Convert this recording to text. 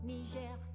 Niger